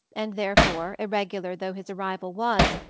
and therefore, irregular though his arrival was,